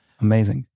Amazing